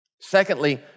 Secondly